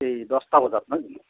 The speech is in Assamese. এই দহটা বজাত নহয় জানো